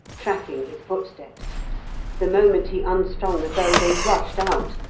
tracking his footsteps the moment he unstrung the bow, they rushed out.